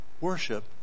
worship